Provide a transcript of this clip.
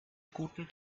guten